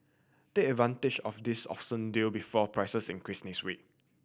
take advantage of this awesome deal before prices increase next week